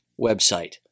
website